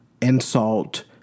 Insult